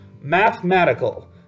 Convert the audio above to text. Mathematical